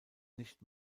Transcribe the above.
nicht